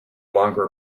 longer